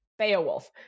beowulf